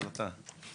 החלטה.